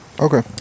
okay